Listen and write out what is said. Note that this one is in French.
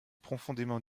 profondément